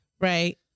Right